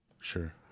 Sure